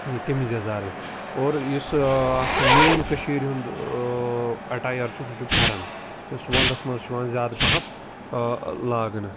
یہِ کمیٖز یَزارٕے اور یُس اَکھ مین کٔشیٖرِ ہُند اٮ۪ٹایر چھُ سُہ چھُ پھٮ۪رَن یُس وَندَس منٛز چھُ یِوان زیادٕ پَہَم لاگنہٕ